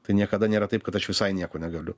tai niekada nėra taip kad aš visai nieko negaliu